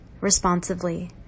responsively